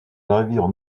navire